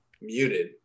muted